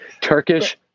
Turkish